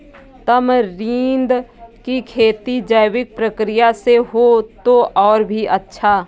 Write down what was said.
tamarind की खेती जैविक प्रक्रिया से हो तो और भी अच्छा